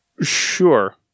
Sure